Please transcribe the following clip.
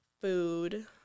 food